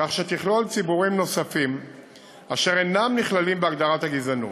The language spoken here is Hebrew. כך שתכלול ציבורים נוספים אשר אינם נכללים בהגדרת הגזענות.